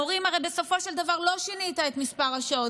מורים, הרי בסופו של דבר לא שינית את מספר השעות.